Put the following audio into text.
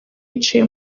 yicaye